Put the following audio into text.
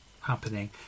happening